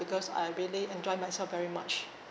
because I really enjoy myself very much